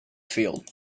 field